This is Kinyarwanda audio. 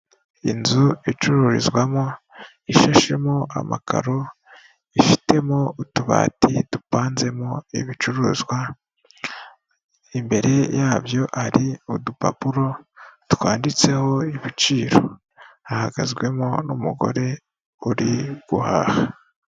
Inzu icururizwamo ishashemo amakaro ifitemo utubati dupanzemo ibicuruzwa imbere yabyo ari udupapuro twanditseho ibiciro, ahagazwemo n'umugore uri guhaha.